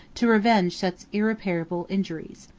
to revenge such irreparable injuries.